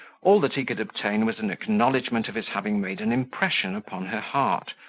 all that he could obtain was an acknowledgment of his having made an impression upon her heart,